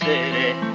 City